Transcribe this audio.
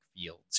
fields